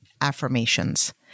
affirmations